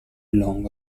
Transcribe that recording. long